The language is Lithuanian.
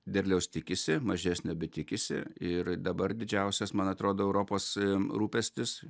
derliaus tikisi mažesnio bet tikisi ir dabar didžiausias man atrodo europos rūpestis